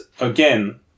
again